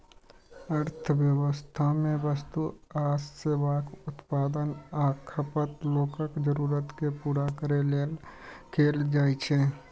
अर्थव्यवस्था मे वस्तु आ सेवाक उत्पादन आ खपत लोकक जरूरत कें पूरा करै लेल कैल जाइ छै